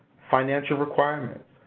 financial requirements,